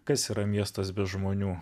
kas yra miestas be žmonių